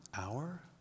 hour